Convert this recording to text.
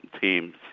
teams